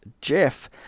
Jeff